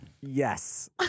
Yes